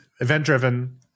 event-driven